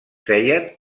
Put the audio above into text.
feien